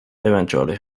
eventually